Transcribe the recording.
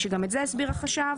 שגם את זה הסביר החשב.